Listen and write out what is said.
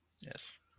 yes